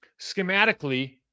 Schematically